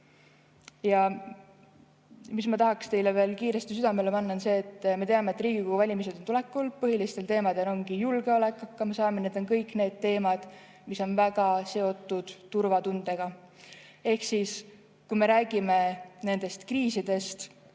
Ja mis ma tahaksin teile veel kiiresti südamele panna, on see, et me teame, et Riigikogu valimised on tulekul. Põhilised teemad ongi julgeolek, hakkamasaamine – need on kõik need teemad, mis on väga seotud turvatundega. Ehk kui me räägime nendest kriisidest,